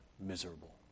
miserable